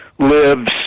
lives